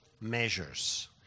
measures